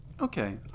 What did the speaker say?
Okay